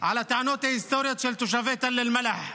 על הטענות ההיסטוריות של תושבי תל אל-מלח,